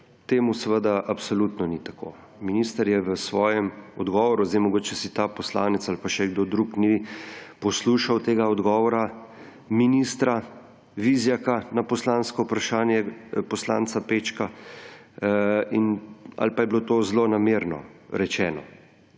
temu seveda absolutno ni tako. Minister je v svojem odgovoru – zdaj mogoče ta poslanec ali pa še kdo drug ni poslušal tega odgovora ministra Vizjaka na poslansko vprašanje poslanca Pečka ali pa je bilo to zlonamerno rečeno.